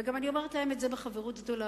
וגם אני אומרת להם את זה בחברות גדולה,